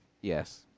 Yes